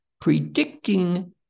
predicting